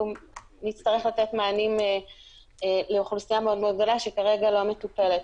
נצטרך לתת מענים לאוכלוסייה מאוד גדולה שכרגע לא מטופלת.